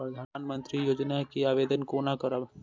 प्रधानमंत्री योजना के आवेदन कोना करब?